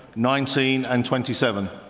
nineteen and twenty seven.